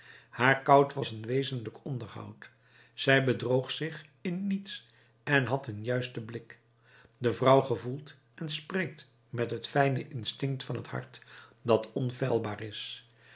haar kout was een wezenlijk onderhoud zij bedroog zich in niets en had een juisten blik de vrouw gevoelt en spreekt met het fijne instinct van het hart dat onfeilbaar is